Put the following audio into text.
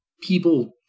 people